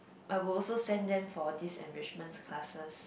I will also send them for this enrichment classes